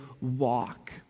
walk